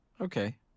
okay